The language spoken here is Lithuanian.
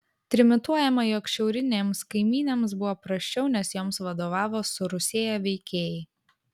trimituojama jog šiaurinėms kaimynėms buvo prasčiau nes joms vadovavo surusėję veikėjai